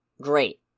great